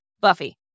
Buffy